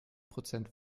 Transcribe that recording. prozent